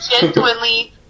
genuinely